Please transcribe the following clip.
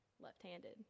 left-handed